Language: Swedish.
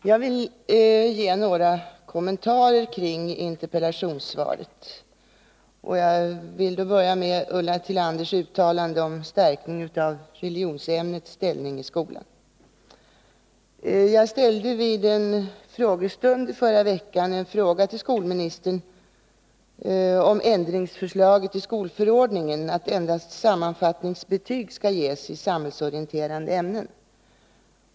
Herr talman! Jag vill komma med några kommentarer kring interpellationssvaret, och jag börjar med Ulla Tillanders uttalande om stärkning av religionsämnets ställning i skolan. Vid en frågestund i förra veckan hade jag ställt en fråga till skolministern beträffande förslaget att skolförordningen skall ändras så att endast sammanfattningsbetyg ges i samhällsorienterande ämnen.